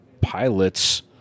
pilots